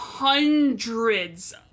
Hundreds